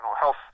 health